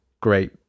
great